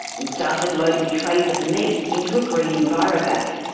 and started loading trays of meat into a green enviro bag.